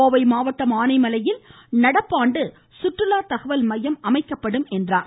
கோவை மாவட்டம் ஆனைமலையில் நடப்பாண்டு சுற்றுலா தகவல் மையம் அமைக்கப்படும் என்றார்